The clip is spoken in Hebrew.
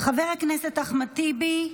חבר הכנסת אחמד טיבי,